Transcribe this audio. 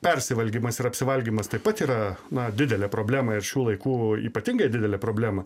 persivalgymas ir apsivalgymas taip pat yra na didelė problema ir šių laikų ypatingai didelė problema